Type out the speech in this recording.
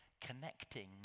connecting